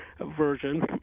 version